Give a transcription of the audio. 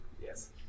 Yes